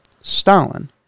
Stalin